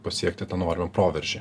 pasiekti tą norimą proveržį